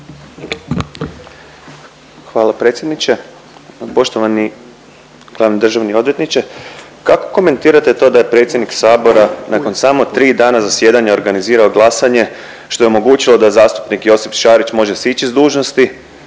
Hvala predsjedniče. Poštovani glavni državni odvjetniče, kako komentirate to da je predsjednik sabora nakon samo tri dana zasjedanja organizirao glasanje, što je omogućilo da zastupnik Josip Šarić može sići s dužnosti